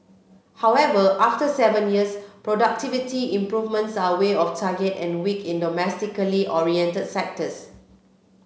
however after seven years productivity improvements are way off target and weak in domestically oriented sectors